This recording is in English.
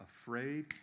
afraid